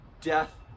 death